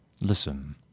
Listen